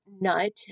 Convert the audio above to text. nut